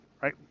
right